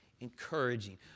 Encouraging